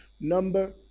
Number